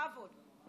בכבוד.